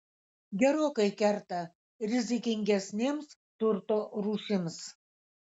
gerokai kerta rizikingesnėms turto rūšims